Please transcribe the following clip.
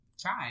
try